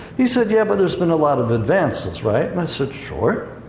he said, yeah, but there's been a lot of advances, right? i said, sure.